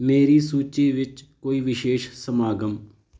ਮੇਰੀ ਸੂਚੀ ਵਿੱਚ ਕੋਈ ਵਿਸ਼ੇਸ਼ ਸਮਾਗਮ